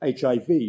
HIV